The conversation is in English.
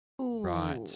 Right